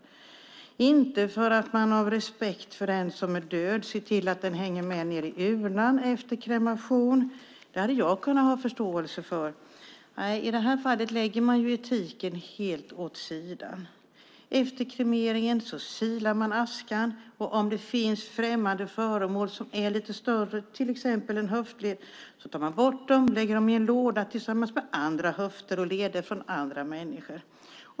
Det är inte för att man av respekt för den som är död ser till att den hänger med i urnan efter kremering - det hade jag kunnat ha förståelse för. Nej, i detta fall lägger man etiken helt åt sidan. Efter kremeringen silar man askan, och om det finns främmande föremål som är lite större, till exempel en höftled, tar man bort dem och lägger dem i en låda tillsammans med höfter och leder från andra människor.